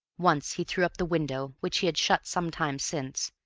once he threw up the window, which he had shut some time since,